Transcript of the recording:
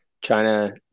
China –